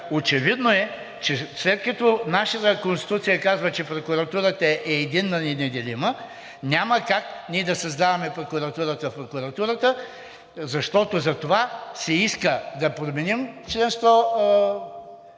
очевидно е, че след като нашата Конституция казва, че прокуратурата е единна и неделима – няма как ние да създаваме прокуратура в прокуратурата, защото за това се иска да променим чл.